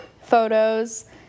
photos